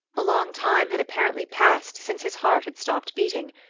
a long time had apparently passed since his heart had stopped beating,